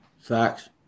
Facts